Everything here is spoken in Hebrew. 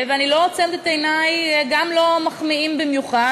ואני לא עוצמת את עיני, גם לא מחמיאים במיוחד.